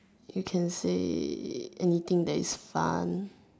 you can say anything that is fun